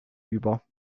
über